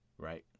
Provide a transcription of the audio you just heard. Right